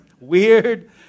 weird